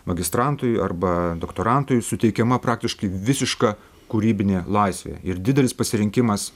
magistrantui arba doktorantui suteikiama praktiškai visiška kūrybinė laisvė ir didelis pasirinkimas